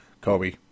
Kobe